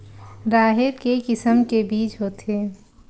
राहेर के किसम के बीज होथे?